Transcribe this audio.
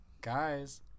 Guys